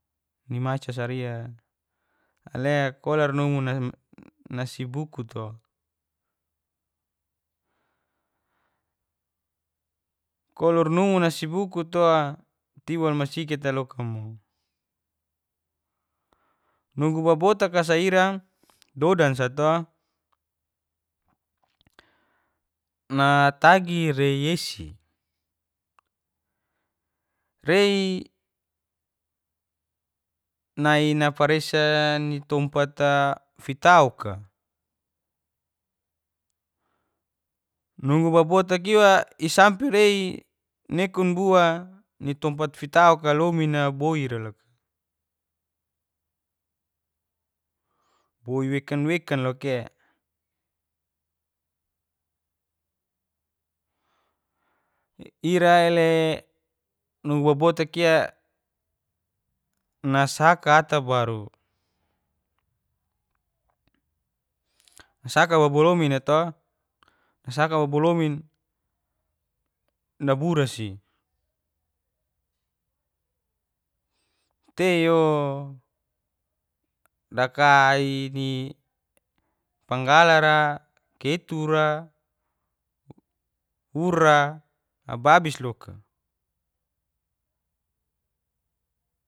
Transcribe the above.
Nimacasa ira kolar numu nasibukuto kolornumu nasibukuto tiwal masikita lokamo nugu babotaka sa ira dodan sa to natagi rei yesi rei nai naparesa ni tompata fitauka nugu babotak iwa isampe rei nekon bua nitompat fitauka lomina boira loka boi wekan wekan lokae irale nugu babotakia nasaka ata baru nasaka wabolomin to nasaka wabilomin nabura si taio dakai di panggalara ketura ura ababis loka